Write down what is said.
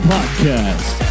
Podcast